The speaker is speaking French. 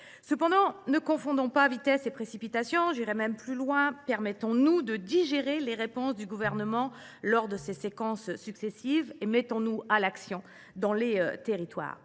Cependant, ne confondons pas vitesse et précipitation. J’irai même plus loin : permettons nous de digérer les réponses du Gouvernement lors de ces séquences successives et mettons nous à l’action dans les territoires.